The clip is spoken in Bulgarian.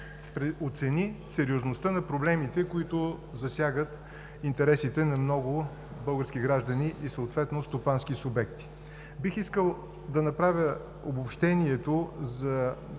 оцени сериозността на проблемите, които засягат интересите на много български граждани и стопански субекти. Бих искал да направя обобщението за